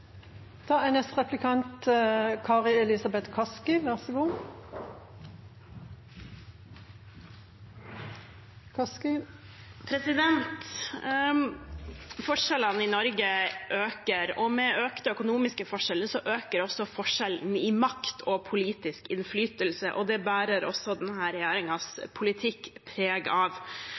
i Norge øker, og med økte økonomiske forskjeller øker også forskjellene i makt og politisk innflytelse. Det bærer også denne regjeringens politikk preg av.